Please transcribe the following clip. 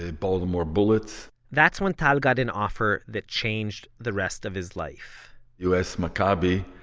ah baltimore bullets that's when tal got an offer that changed the rest of his life us maccabi